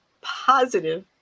positive